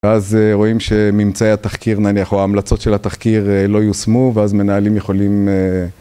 ואז רואים שממצאי התחקיר נניח, או ההמלצות של התחקיר, לא יושמו ואז מנהלים יכולים